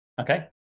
Okay